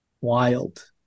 wild